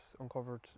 uncovered